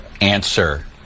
answer